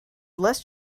less